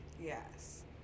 yes